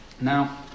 Now